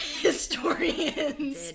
historians